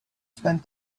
spend